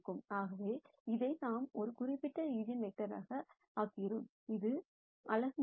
ஆகவே இதை நாம் ஒரு குறிப்பிட்ட ஈஜென்வெக்டராக ஆக்குகிறோம் இது அலகு நீளம்